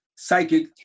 psychic